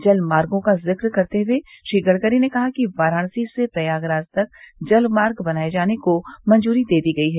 जल मार्गो का जिक्र करते हुए श्री गडकरी ने कहा कि वाराणसी से प्रयागराज तक जल मार्ग बनाये जाने को मंजूरी दे दी गयी है